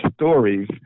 stories